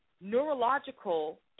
neurological